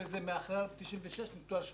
בדרך כלל מה שמקובל בישראל הקטנה זה שמתחילים עם הרשאה